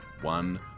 one